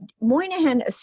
Moynihan